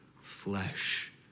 flesh